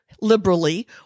liberally